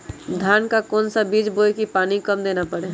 धान का कौन सा बीज बोय की पानी कम देना परे?